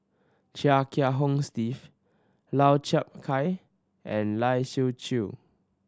Chia Kiah Hong Steve Lau Chiap Khai and Lai Siu Chiu